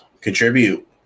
Contribute